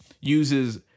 uses